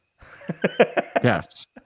Yes